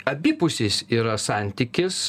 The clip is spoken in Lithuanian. abipusis yra santykis